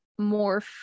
morph